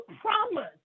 promise